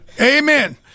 Amen